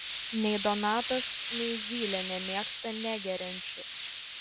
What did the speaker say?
nei donatas nei zylė nemėgsta negeriančių